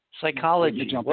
Psychology